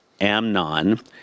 Amnon